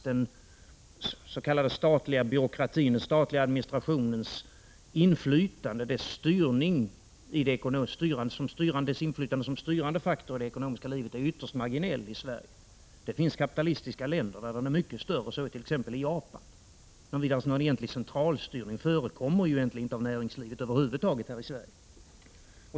Den statliga administrationens inflytande som styrande faktor i det ekonomiska livet är ytterst marginellt i Sverige. Det finns kapitalistiska länder där inflytandet är mycket större, t.ex. Japan. Någon egentlig centralstyrning av näringslivet förekommer över huvud taget inte häri Sverige.